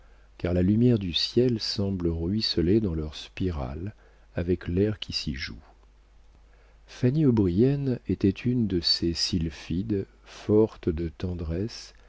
car la lumière du ciel semble ruisseler dans leurs spirales avec l'air qui s'y joue fanny o'brien était une de ces sylphides forte de tendresse